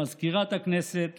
למזכירת הכנסת,